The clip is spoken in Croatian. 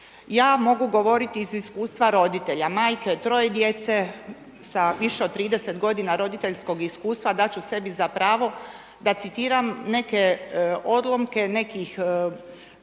Ja mogu govoriti iz iskustva roditelja, majke troje djece sa više od 30 godina roditeljskog iskustva dati ću sebi za pravo da citiram neke odlomke nekih